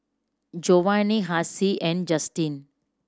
Jovani Hassie and Justine